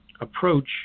approach